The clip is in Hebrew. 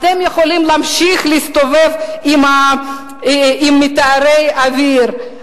אתם יכולים להמשיך להסתובב עם מטהרי אוויר,